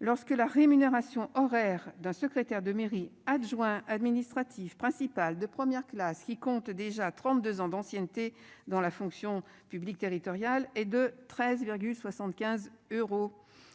lorsque la rémunération horaire d'un secrétaire de mairie adjoint administratif principal de première classe qui compte déjà 32 ans d'ancienneté dans la fonction publique territoriale et de 13 75 euros